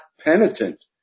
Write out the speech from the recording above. penitent